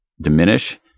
diminish